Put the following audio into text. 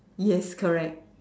yes correct